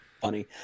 Funny